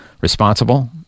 responsible